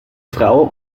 frau